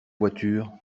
voiture